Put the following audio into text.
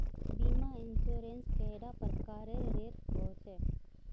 बीमा इंश्योरेंस कैडा प्रकारेर रेर होचे